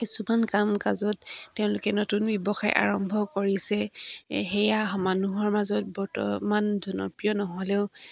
কিছুমান কাম কাজত তেওঁলোকে নতুন ব্যৱসায় আৰম্ভ কৰিছে সেয়া মানুহৰ মাজত বৰ্তমান জনপ্ৰিয় নহ'লেও